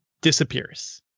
disappears